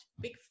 big